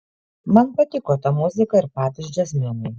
man patiko ta muzika ir patys džiazmenai